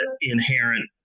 inherent